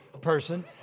person